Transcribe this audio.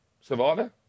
Survivor